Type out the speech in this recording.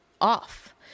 off